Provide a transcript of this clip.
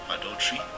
adultery